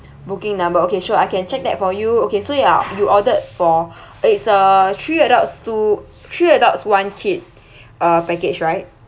booking number okay sure I can check that for you okay so ya you ordered for it's a three adults two three adults one kid uh package right